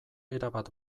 erabat